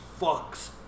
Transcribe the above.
fucks